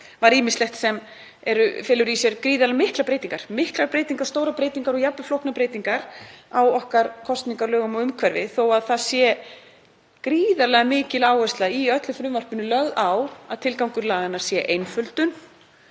var ýmislegt sem felur í sér gríðarlega miklar breytingar, stórar breytingar og jafnvel flóknar breytingar á okkar kosningalögum og umhverfi. Þótt það sé gríðarlega mikil áhersla í öllu frumvarpinu lögð á að tilgangur laganna sé einföldun